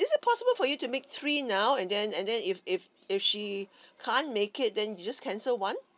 is it possible for you to make three now and then and then if if if she can't make it then you just cancel one